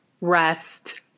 Rest